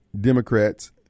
Democrats